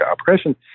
operation